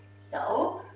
so,